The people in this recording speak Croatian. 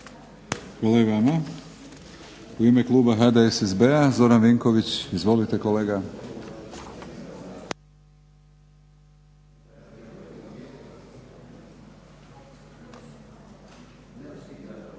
Hvala i vama. U ime kluba HDSSB-a Zoran Vinković. Izvolite kolega. **Vinković,